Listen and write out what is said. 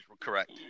Correct